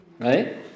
right